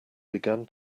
began